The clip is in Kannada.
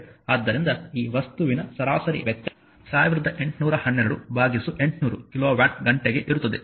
ಆದ್ದರಿಂದ ಈ ವಸ್ತುವಿನ ಸರಾಸರಿ ವೆಚ್ಚ 1812 800 ಕಿಲೋವ್ಯಾಟ್ ಗಂಟೆಗೆ ಇರುತ್ತದೆ